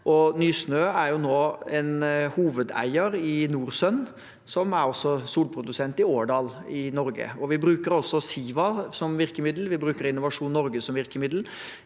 Nysnø er nå en hovedeier i NorSun, som også er solprodusent i Årdal i Norge. Vi bruker også Siva som virkemiddel, vi bruker Innovasjon Norge som virkemiddel,